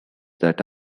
that